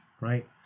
right